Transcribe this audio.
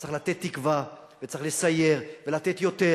צריך לתת תקווה וצריך לסייר ולתת יותר,